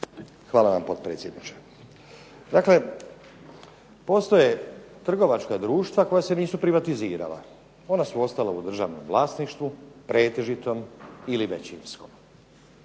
Hvala vam potpredsjedniče. Dakle, postoje trgovačka društva koja se nisu privatizirala. Ona su ostala u državnom vlasništvu, pretežitom ili većinskom.